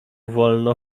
wolno